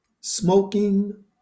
smoking